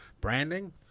branding